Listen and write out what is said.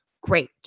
great